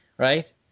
Right